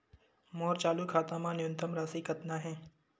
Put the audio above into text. मोर चालू खाता मा न्यूनतम राशि कतना हे?